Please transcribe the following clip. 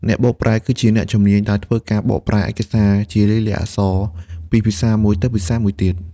អ្នកបកប្រែ គឺជាអ្នកជំនាញដែលធ្វើការបកប្រែឯកសារជាលាយលក្ខណ៍អក្សរពីភាសាមួយទៅភាសាមួយទៀត។